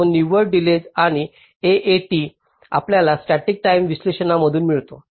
तो निव्वळ डिलेज आणि AAT आपल्याला स्टॅटिक टाईम विश्लेषणामधून मिळतो